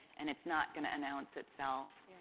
and it's not going to announce itself.